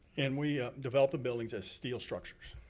and we developed the buildings as steel structures.